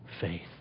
faith